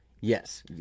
Yes